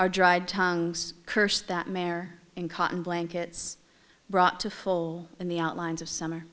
our dried tongues curse that mare and cotton blankets brought to full in the outlines of summer